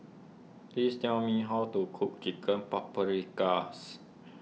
please tell me how to cook Chicken Paprikas